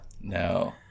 No